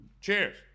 Cheers